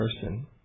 person